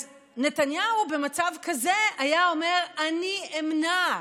אז נתניהו במצב כזה היה אומר: אני אמנע,